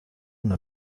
una